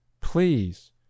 Please